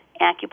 acupuncture